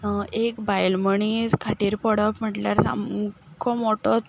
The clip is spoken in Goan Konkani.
एक बायल मनीस खाटीर पडप म्हटल्यार सामको मोठो